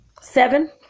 seven